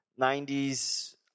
90s